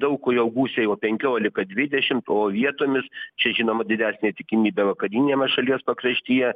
daug kur jau gūsiai penkiolika dvidešim o vietomis čia žinoma didesnė tikimybė vakariniame šalies pakraštyje